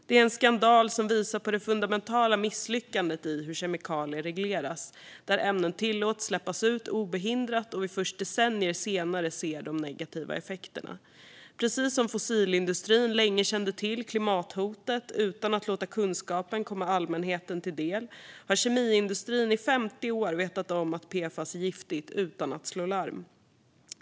Det är en skandal som visar på det fundamentala misslyckandet i hur kemikalier regleras, där ämnen tillåts släppas ut obehindrat och man först decennier senare ser de negativa effekterna. Precis som fossilindustrin länge kände till klimathotet utan att låta kunskapen komma allmänheten till del har kemiindustrin i 50 år vetat om att PFAS är giftigt utan att slå larm.